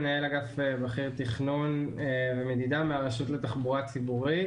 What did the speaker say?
מנהל אגף בכיר תכנון ומדידה מהרשות לתחבורה ציבורית.